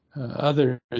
others